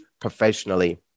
professionally